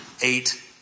Eight